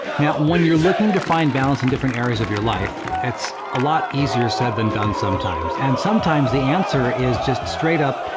now, when you're looking to find balance in different areas of your life, it's a lot easier said than done sometimes. and sometimes the answer is just straight up,